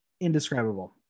Indescribable